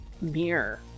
mirror